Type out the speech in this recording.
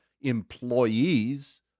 employees